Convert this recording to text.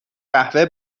قهوه